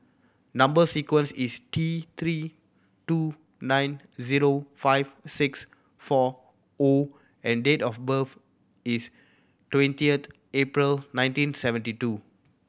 number sequence is T Three two nine zero five six four O and date of birth is twentieth April nineteen seventy two